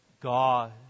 God